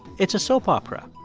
it's a soap opera.